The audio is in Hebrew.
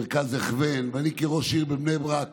מרכז הכוון, אני כראש עיר בבני ברק